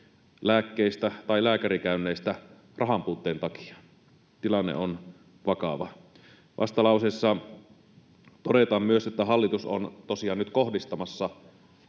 lääkkeistä tai lääkärikäynneistä rahanpuutteen takia. Tilanne on vakava. Vastalauseessa todetaan myös, että hallitus on tosiaan nyt kohdistamassa